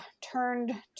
turned